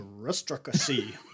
Aristocracy